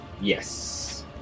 Yes